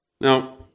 Now